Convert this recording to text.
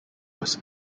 was